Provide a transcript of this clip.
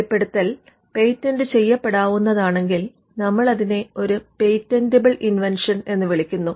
വെളിപ്പെടുത്തൽ പേറ്റന്റ് ചെയ്യപ്പെടാവുന്നതാണെങ്കിൽ നമ്മൾ അതിനെ ഒരു പേറ്റന്റിബിൾ ഇൻവെൻഷൻ എന്ന് വിളിക്കുന്നു